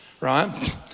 right